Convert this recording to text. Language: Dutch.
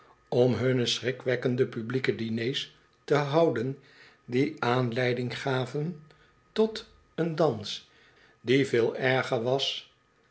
om hunne schrikwekkende publieke diners te houden die aanleiding gaven tot een dans die veel erger was